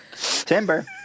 Timber